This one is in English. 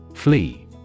Flee